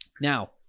Now